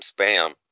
Spam